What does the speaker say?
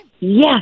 Yes